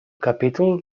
capítol